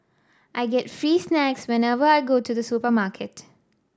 I get free snacks whenever I go to the supermarket